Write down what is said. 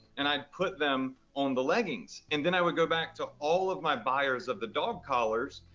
and i put them on the leggings. and then i would go back to all of my buyers of the dog collars,